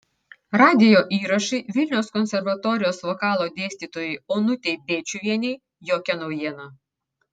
radijo įrašai vilniaus konservatorijos vokalo dėstytojai onutei bėčiuvienei jokia naujiena